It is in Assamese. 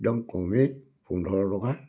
একদম কমেই পোন্ধৰ টকা